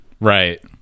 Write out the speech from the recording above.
Right